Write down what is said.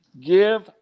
give